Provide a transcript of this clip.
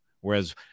whereas